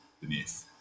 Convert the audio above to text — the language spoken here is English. beneath